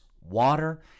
water